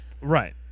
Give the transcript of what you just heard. Right